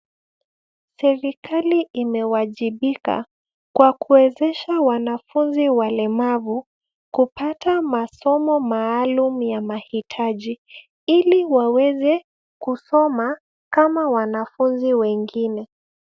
Serikali imewajibika kwa kuwezesha wanafunzi walemavu kupata masomo maalum ya mahitaji ili waweze kusoma kama wanafunzi wengine.